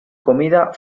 comida